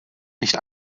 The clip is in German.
nicht